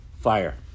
Fire